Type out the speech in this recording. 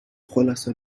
خلاصه